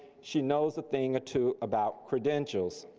she knows a thing or two about credentials.